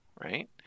right